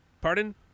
Pardon